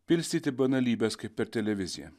pilstyti banalybes kaip per televiziją